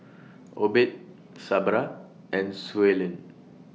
Obed Sabra and Suellen